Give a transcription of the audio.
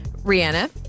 rihanna